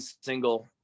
single